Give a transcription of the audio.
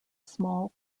small